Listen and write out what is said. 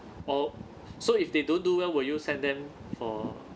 orh so if they don't do well will you send them for